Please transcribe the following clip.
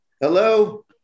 Hello